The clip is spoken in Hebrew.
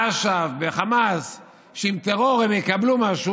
באש"ף או בחמאס שחשבו שעם טרור הם יקבלו משהו,